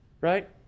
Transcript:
right